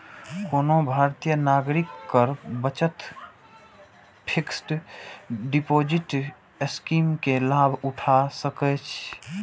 कोनो भारतीय नागरिक कर बचत फिक्स्ड डिपोजिट स्कीम के लाभ उठा सकैए